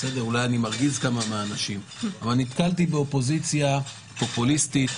אולי אני מרגיז כמה מהאנשים נתקלתי באופוזיציה פופוליסטית,